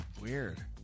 Weird